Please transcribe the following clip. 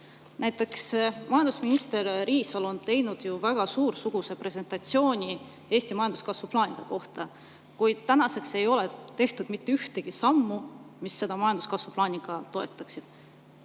hinnad. Majandusminister Riisalo on teinud väga suursuguse presentatsiooni Eesti majanduskasvu plaanide kohta, kuid tänaseks ei ole tehtud mitte ühtegi sammu, mis seda majanduskasvu plaani ka toetaksid.